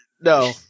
no